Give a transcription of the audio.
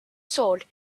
sword